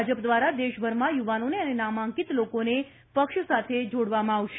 ભાજપ દ્વાર દેશભરમાં યુવાનોને અને નામાંકિત લોકોને પક્ષ સાથે જોડવામાં આવશે